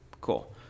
cool